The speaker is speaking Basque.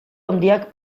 handiak